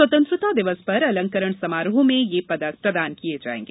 स्वतंत्रता दिवस पर अलंकरण समारोह में ये पदक प्रदान किये जायेंगे